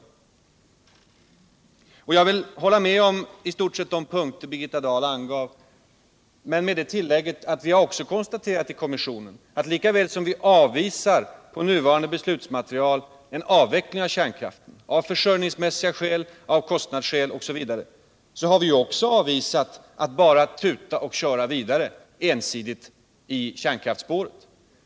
I stort sett vill jag hålla med om de punkter Birgitta Dahl angav, men med det tillägget att vi i kommissionen också har konstaterat att lika väl som vi med nuvarande beslutsmaterial avvisar en avveckling av kärnkraften — av försörjningsmässiga skäl, av kostnadsskäl osv. — har vi av visat tanken att bara tuta och köra vidare i kärnkraftsspåret.